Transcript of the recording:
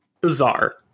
bizarre